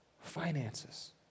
finances